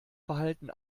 verhalten